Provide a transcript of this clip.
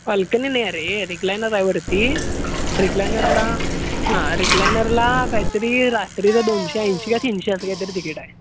balcony नाही आहे रे रिक्लायनर आहे वरती रिक्लायनरला हां रिक्लायनरला काय तरी रात्रीला दोनशे ऐंशी काय तिनशे असं काय तरी तिकीट आहे